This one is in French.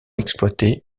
exploiter